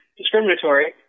discriminatory